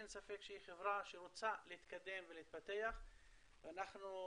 אין ספק שהיא חברה שרוצה להתקדם ולהתפתח ואולי